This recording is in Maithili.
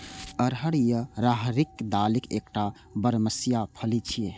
अरहर या राहरिक दालि एकटा बरमसिया फली छियै